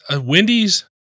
Wendy's